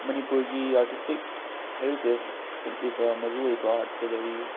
ꯃꯅꯤꯄꯨꯔꯒꯤ artistic heritage ꯎꯠꯂꯤꯕ ꯃꯔꯨꯑꯣꯏꯕ ꯑꯥꯔꯠ ꯒꯦꯂꯔꯤ